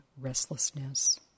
restlessness